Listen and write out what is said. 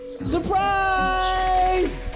Surprise